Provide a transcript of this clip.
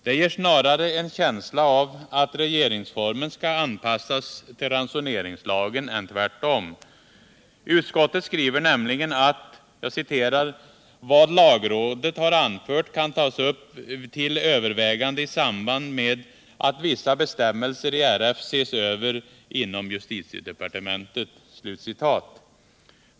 Det ger snarare en känsla av att regeringsformen skall anpassas till ransoneringslagen än tvärtom. Utskottet skriver nämligen att ”vad lagrådet har anfört kan tas upp till övervägande i samband med att vissa bestämmelser i RS ses över inom justitiedepartementet”.